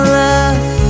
love